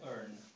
earn